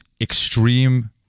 extreme